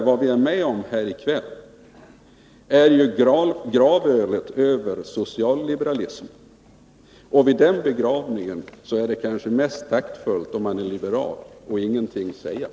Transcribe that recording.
Vad vi är med om här i kväll är gravölet över socialliberalismen. Vid den begravningen är det kanske mest taktfullt att ingenting säga, om man är liberal.